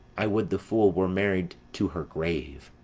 i would the fool were married to her grave!